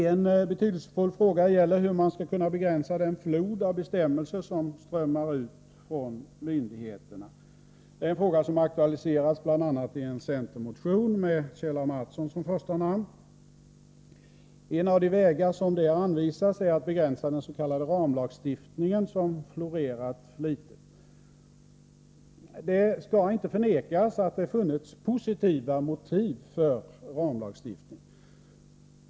En betydelsefull fråga gäller hur man skall kunna begränsa den flod av bestämmelser som strömmar ut från myndigheterna.. Den frågan har aktualiserats, bl.a. i en centermotion med Kjell A. Mattsson som första namn. En av de vägar som där anvisas är att begränsa den s.k. ramlagstiftningen som florerat flitigt. Det skall inte förnekas att det funnits goda motiv för ramlagstiftning.